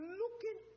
looking